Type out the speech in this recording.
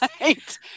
right